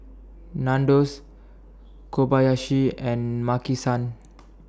Nandos Kobayashi and Maki San